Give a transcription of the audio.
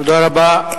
תודה רבה.